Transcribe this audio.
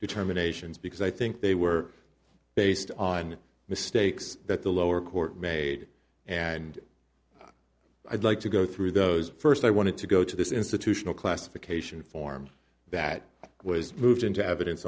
determinations because i think they were based on mistakes that the lower court made and i'd like to go through those first i wanted to go to this institutional classification form that was moved into evidence